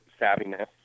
savviness